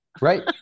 Right